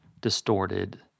distorted